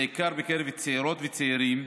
בעיקר בקרב צעירות וצעירים,